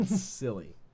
silly